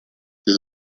this